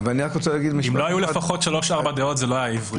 אם לא היו לפחות שלוש-ארבע דעות, זה לא היה עברי.